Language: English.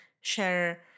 share